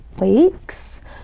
weeks